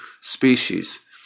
species